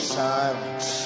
silence